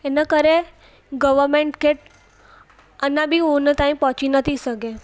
इन करे गवरर्मेंट खे अञा बि उन ताईं पहुची नथी सघे